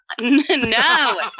No